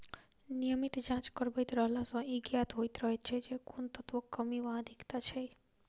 नियमित जाँच करबैत रहला सॅ ई ज्ञात होइत रहैत छै जे कोन तत्वक कमी वा अधिकता छै